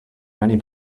many